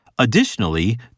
Additionally